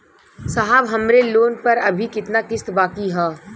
साहब हमरे लोन पर अभी कितना किस्त बाकी ह?